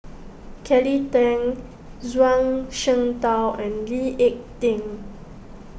Kelly Tang Zhuang Shengtao and Lee Ek Tieng